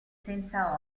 senza